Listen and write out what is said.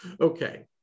Okay